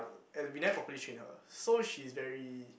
and we never properly train her so she's very